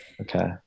Okay